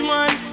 one